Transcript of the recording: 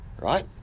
Right